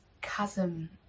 chasm